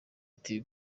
ati